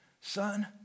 son